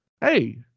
hey